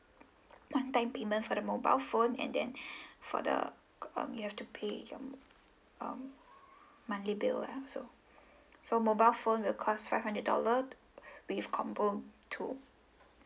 one time payment for the mobile phone and then for the um you have to pay your um monthly bill ya so so mobile phone will cost five hundred dollar with combo two